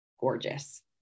gorgeous